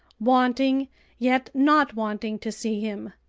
wanting yet not wanting to see him.